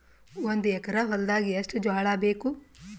ಒಂದು ಎಕರ ಹೊಲದಾಗ ಎಷ್ಟು ಜೋಳಾಬೇಕು?